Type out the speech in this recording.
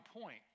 point